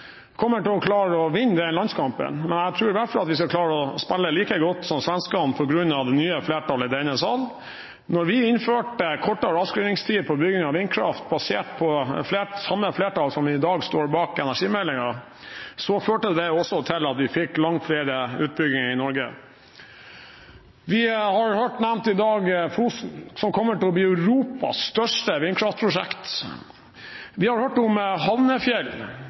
kommer til å klare å vinne den landskampen, men jeg tror i hvert fall at vi skal klare å spille like godt som svenskene på grunn av det nye flertallet i denne sal. Da vi innførte kortere avskrivingstid på bygging av vindkraft, basert på samme flertall som i dag står bak energimeldingen, førte det til at vi fikk langt flere utbygginger i Norge. Vi har i dag hørt nevnt Fosen, som kommer til å bli Europas største vindkraftprosjekt. Vi har hørt om